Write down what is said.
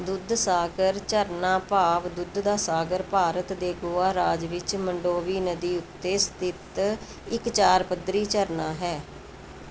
ਦੁੱਧ ਸਾਗਰ ਝਰਨਾ ਭਾਵ ਦੁੱਧ ਦਾ ਸਾਗਰ ਭਾਰਤ ਦੇ ਗੋਆ ਰਾਜ ਵਿੱਚ ਮੰਡੋਵੀ ਨਦੀ ਉੱਤੇ ਸਥਿਤ ਇੱਕ ਚਾਰ ਪੱਧਰੀ ਝਰਨਾ ਹੈ